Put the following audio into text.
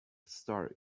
story